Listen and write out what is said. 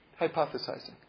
hypothesizing